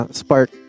spark